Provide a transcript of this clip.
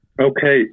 okay